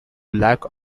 lack